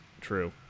true